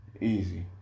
Easy